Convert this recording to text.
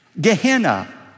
Gehenna